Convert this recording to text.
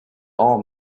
all